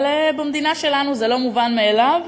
אבל במדינה שלנו זה לא מובן מאליו,